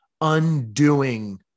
undoing